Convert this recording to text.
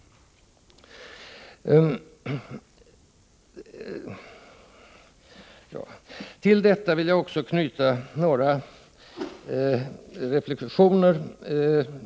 Till detta vill jag också knyta ett par reflexioner.